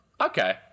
Okay